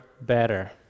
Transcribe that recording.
better